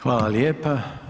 Hvala lijepa.